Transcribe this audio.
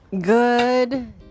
Good